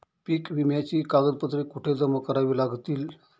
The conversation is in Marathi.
पीक विम्याची कागदपत्रे कुठे जमा करावी लागतील?